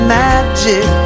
magic